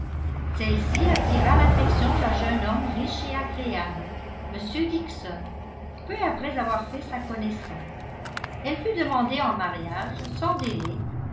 celle-ci attira l'affection d'un jeune homme riche et agréable m dixon peu après avoir fait sa connaissance elle fut demandée en mariage sans délai